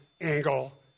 angle